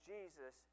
Jesus